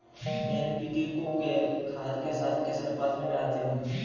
NPK को खाद के साथ किस अनुपात में मिलाते हैं?